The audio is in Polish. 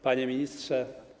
Panie Ministrze!